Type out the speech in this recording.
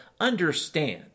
understand